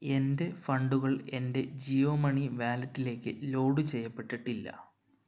എൻ്റെ ഫണ്ടുകൾ എൻ്റെ ജിയോ മണി വാലെറ്റിലേക്ക് ലോഡ് ചെയ്യപ്പെട്ടിട്ടില്ല